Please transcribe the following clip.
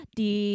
di